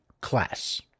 class